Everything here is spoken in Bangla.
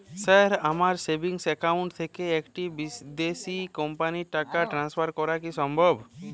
স্যার আমার সেভিংস একাউন্ট থেকে একটি বিদেশি কোম্পানিকে টাকা ট্রান্সফার করা কীভাবে সম্ভব?